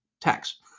tax